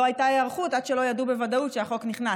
לא הייתה היערכות עד שלא ידעו בוודאות שהחוק נכנס,